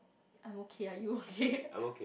I'm okay lah you okay